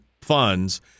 funds